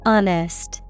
Honest